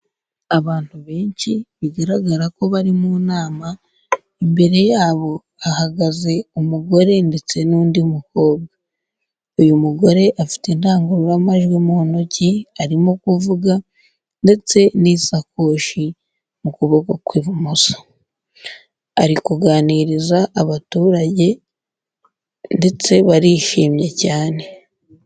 Abantu benshi bigaragara ko bari mu nama, imbere yabo hahagaze umugore ndetse n'undi mukobwa, uyu mugore afite indangururamajwi mu ntoki arimo kuvuga ndetse n'isakoshi mu kuboko kw'ibumoso ari kuganiriza abaturage ndetse barishimye cyane.